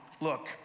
Look